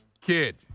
kid